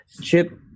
Chip